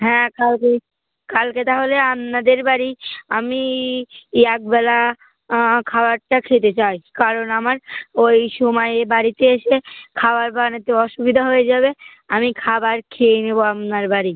হ্যাঁ কালকে কালকে তাহলে আপনাদের বাড়ি আমি একবেলা খাবারটা খেতে চাই কারণ আমার ওই সময়ে বাড়িতে এসে খাবার বানাতে অসুবিধা হয়ে যাবে আমি খাবার খেয়ে নেবো আপনার বাড়ি